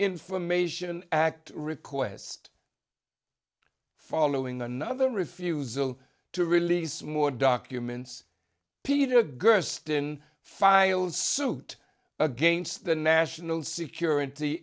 information act request following another refusal to release more documents peter gersten filed suit against the national security